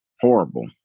Horrible